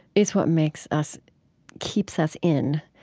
is what makes us keeps us in,